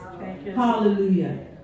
Hallelujah